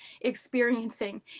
experiencing